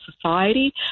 Society